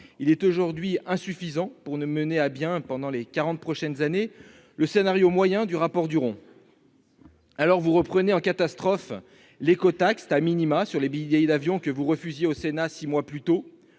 qui est aujourd'hui insuffisant pour mener à bien, pendant les quarante prochaines années, le scénario moyen du rapport Duron. Alors, vous reprenez en catastrophe l'écotaxe sur les billets d'avion que vous refusiez au Sénat six mois plus tôt.